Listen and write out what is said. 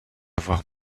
avoir